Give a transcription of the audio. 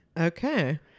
Okay